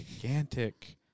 gigantic